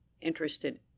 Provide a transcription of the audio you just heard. interested